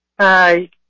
Hi